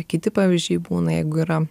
kiti pavyzdžiai būna jeigu yra